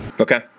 Okay